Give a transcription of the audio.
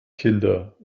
kinder